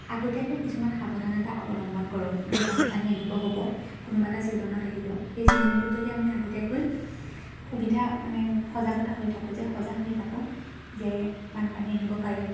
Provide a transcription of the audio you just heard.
আগতীয়াকৈ কিছুমান সাৱধানতা অৱলম্বন কৰোঁ যে বানপানী আহিব হ'ব কোনোবা এটা ছিজনত আহিব সেই ছিজনটোত যদি আমি আগতীয়াকৈ সুবিধা মানে সজাগতা হৈ থাকোঁ যে সজাগ হৈ থাকোঁ যে বানপানী আহিব পাৰে